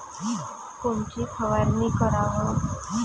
कोनची फवारणी कराव?